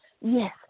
yes